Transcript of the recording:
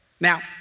Now